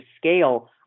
scale